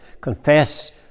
confess